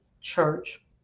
church